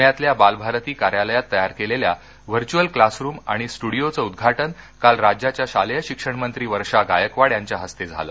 प्ण्यातल्या बालभारती कार्यालयात तयार केलेल्या व्हर्च्यूअल क्लासरूम आणि स्ट्रडीओचं उद्घाटन काल राज्याच्या शालेय शिक्षणमंत्री वर्षा गायकवाड यांच्या हस्ते झाले